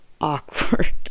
awkward